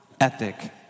ethic